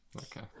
Okay